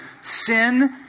sin